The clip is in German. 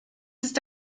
ist